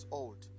old